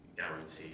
guarantee